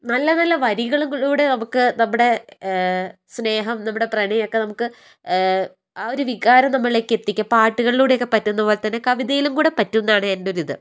നല്ല നല്ല വരികളിലൂടെ നമുക്ക് നമ്മടെ സ്നേഹം നമ്മടെ പ്രണയം ഒക്കെ നമുക്ക് ആ ഒരു വികാരം നമ്മളിലേക്ക് എത്തിക്കും പാട്ടുകളിലൂടെയൊക്കെ പറ്റുന്നതുപോലെ കവിതയിലും കൂടെ പറ്റും എന്നാണ് എന്റെ ഒരു ഇത്